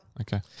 Okay